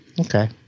okay